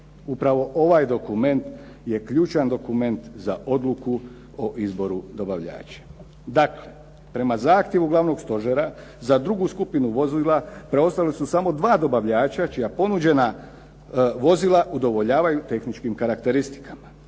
Upravo ovaj dokument je ključan dokument za odluku o izboru dobavljača. Dakle, prema zahtjevu Glavnog stožera za drugu skupinu vozila preostala su samo dva dobavljača čija ponuđena vozila udovoljavaju tehničkim karakteristikama.